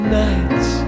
nights